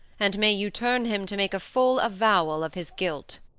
and may you turn him to make a full avowal of his guilt.